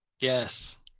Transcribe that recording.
Yes